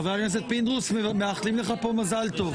חבר הכנסת פינדרוס, מאחלים לך פה מזל טוב.